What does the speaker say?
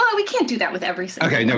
ah we can't do that with every so you know